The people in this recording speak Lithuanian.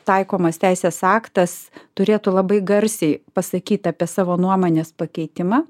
taikomas teisės aktas turėtų labai garsiai pasakyt apie savo nuomonės pakeitimą